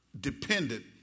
dependent